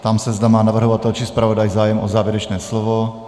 Ptám se, zda má navrhovatel či zpravodaj zájem o závěrečné slovo.